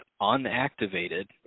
unactivated